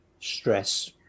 stress